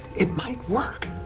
it might work.